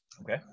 Okay